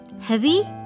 heavy